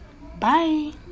Bye